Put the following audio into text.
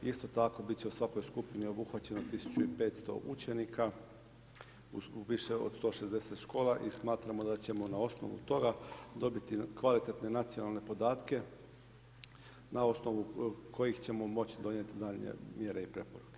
Isto tako bit će u svakoj skupini obuhvaćeno 1 500 učenika u više od 160 škola i smatramo da ćemo na osnovu toga dobiti kvalitetne nacionalne podatke na osnovu kojih ćemo moći donijeti naredne mjere i preporuke.